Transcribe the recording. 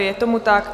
Je tomu tak?